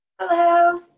Hello